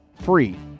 free